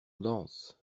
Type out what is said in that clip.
danse